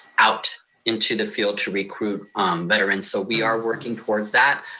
out into the field to recruit veterans. so we are working towards that.